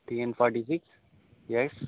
TN forty six S